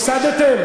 הפסדתם,